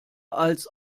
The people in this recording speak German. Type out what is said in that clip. als